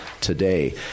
today